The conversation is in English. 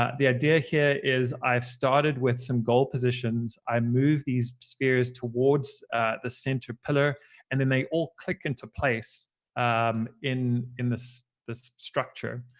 the idea here is i've started with some goal positions. i move these spheres towards the center pillar and then they all click into place um in in this this structure.